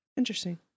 Interesting